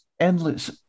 endless